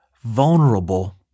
vulnerable